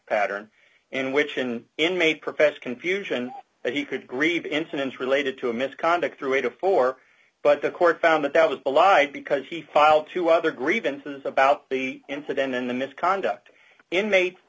pattern in which an inmate professed confusion that he could grieve incidents related to a misconduct through a to four but the court found that out of a lie because he filed two other grievances about the incident in the misconduct in